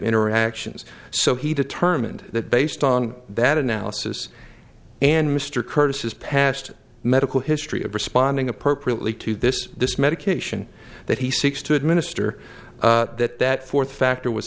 reactions so he determined that based on that analysis and mr curtis his past medical history of responding appropriately to this this medication that he seeks to administer that that fourth factor w